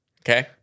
Okay